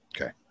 Okay